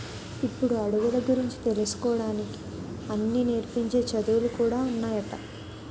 ఇప్పుడు అడవుల గురించి తెలుసుకోడానికి అన్నీ నేర్పించే చదువులు కూడా ఉన్నాయట